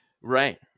Right